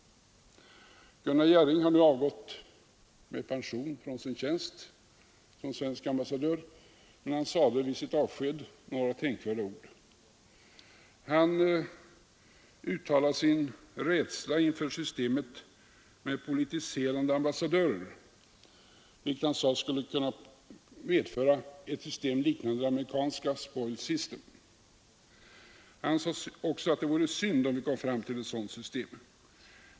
Gunnar Jarring har nu avgått med pension från sin tjänst som svensk ambassadör. Han sade vid sitt avsked några tänkvärda ord. Han uttalade sin rädsla inför systemet med politiserande ambassadörer, vilket han ansåg skulle kunna medföra ett system liknande det amerikanska spoilsystemet. Gunnar Jarring fortsatte: ”Det vore synd om vi kom fram till ett sådant system.